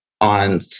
on